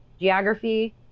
geography